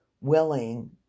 willing